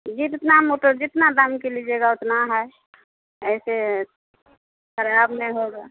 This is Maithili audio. जितना मोटर जितना दामके लीजियेगा उतना है ऐसे खराब नहि होगा